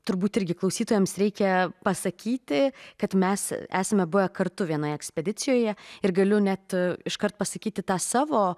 turbūt irgi klausytojams reikia pasakyti kad mes esame buvę kartu vienoje ekspedicijoje ir galiu net iškart pasakyti tą savo